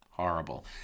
Horrible